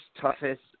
toughest